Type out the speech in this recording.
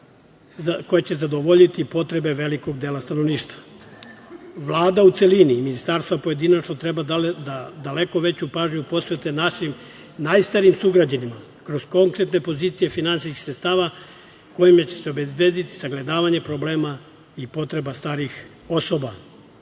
koja će zadovoljiti potrebe velikog dela stanovništva. Vlada u celini i ministarstva pojedinačno treba da daleko veću pažnju posvete našim najstarijim sugrađanima kroz konkretne pozicije finansijskih sredstava kojima će se obezbediti sagledavanje problema i potreba starijih